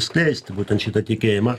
skleisti būtent šitą tikėjimą